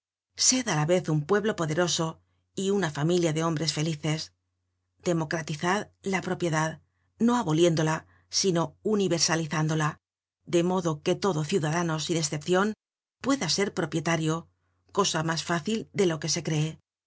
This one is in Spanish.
sed á la vez un pueblo poderoso y una familia de hombres felices democratizad la propiedad no aboliéndola sino unlversalizándola de modo que todo ciudadano sin escepcion pueda ser propietario cosa mas fácil de lo que se cree